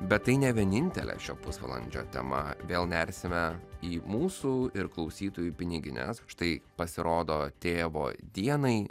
bet tai ne vienintelė šio pusvalandžio tema vėl nersime į mūsų ir klausytojų pinigines štai pasirodo tėvo dienai